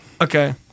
Okay